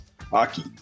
hockey